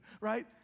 right